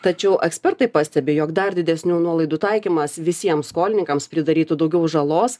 tačiau ekspertai pastebi jog dar didesnių nuolaidų taikymas visiems skolininkams pridarytų daugiau žalos